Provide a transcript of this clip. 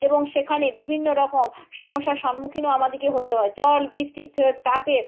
এবং সেখানে বিভিন্ন রকম সমস্যার সন্মুখীনও আমাদেকে হতে হয় জল বৃষ্টির যে তাপে